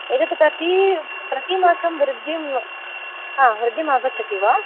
एतत् प्रती प्रतिमासं वृद्धिं हा वृद्धिमागच्छति वा